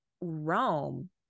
Rome